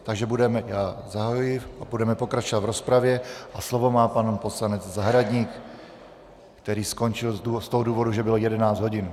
Takže budeme pokračovat v rozpravě a slovo má pan poslanec Zahradník, který skončil z toho důvodu, že bylo 11 hodin.